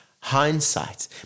hindsight